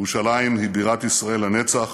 ירושלים היא בירת ישראל לנצח,